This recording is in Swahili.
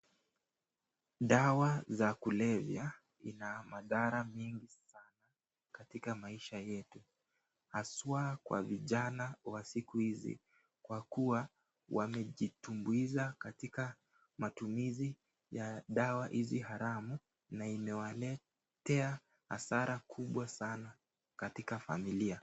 Dawa za kulevyia ina madhara nyingi sana katika maisha yetu haswa kwa vijana wa siku hizi kwa kuwa walijitumbuiza katika matumizi ya dawa hizi haramu na imewaletea hasara mingi sana katika familia.